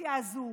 הקואליציה הזו?